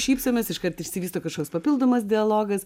šypsenas iškart išsivysto kažkoks papildomas dialogas